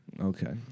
Okay